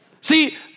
See